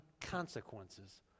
consequences